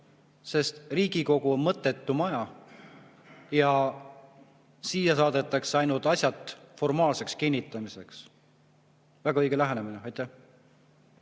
sest Riigikogu on mõttetu maja ja siia saadetakse asjad ainult formaalseks kinnitamiseks. Väga õige lähenemine!